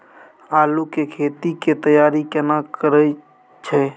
आलू के खेती के तैयारी केना करै छै?